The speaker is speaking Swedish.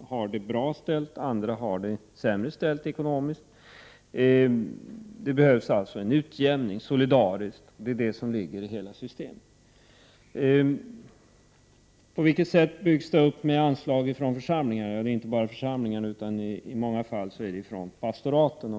har det bra ställt, andra har det sämre ställt i ekonomiskt avseende. Det behövs alltså en solidarisk utjämning; det är ju det som ligger i hela systemet. På vilket sätt byggs då fonden upp med anslag från församlingarna? Det är inte bara församlingarna utan i många fall bidrar också pastoraten.